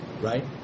right